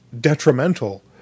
detrimental